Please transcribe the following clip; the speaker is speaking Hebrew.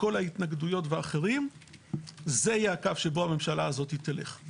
כל ההתנגדויות, זה יהיה הקו שבו הממשלה הזאת תלך.